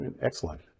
Excellent